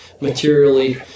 materially